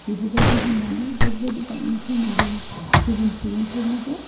बेफोरबायदि होननानै बेफोरबायदि बाइकनि सोमोन्दै गुबुन सुबुंफोरनोबो